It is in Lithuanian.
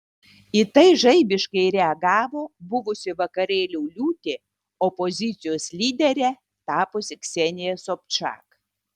į tai žaibiškai reagavo buvusi vakarėlių liūtė opozicijos lydere tapusi ksenija sobčak